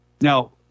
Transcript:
now